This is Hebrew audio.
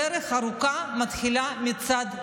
דרך ארוכה מתחילה מצעד ראשון,